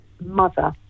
mother